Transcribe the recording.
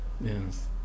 Yes